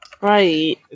Right